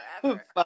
Forever